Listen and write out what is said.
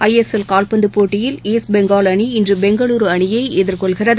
ISL கால்பந்துப் போட்டியில் East Bengal அணி இன்றுபெங்களூருஅணியைஎதிர்கொள்கிறது